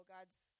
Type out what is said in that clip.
God's